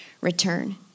return